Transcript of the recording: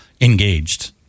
engaged